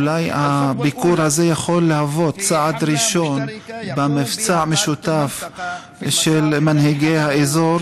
אולי הביקור הזה יכול להוות צעד ראשון במבצע המשותף של מנהיגי האזור